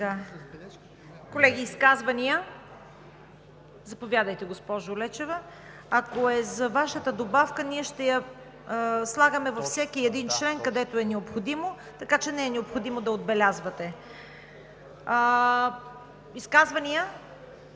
Изказвания? Заповядайте, госпожо Лечева. Ако е за Вашата добавка, ние ще я слагаме във всеки един член, където е необходимо, така че не е необходимо да я отбелязвате. Изказвания?